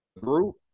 group